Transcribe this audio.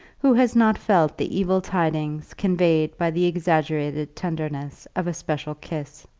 who has not felt the evil tidings conveyed by the exaggerated tenderness of a special kiss?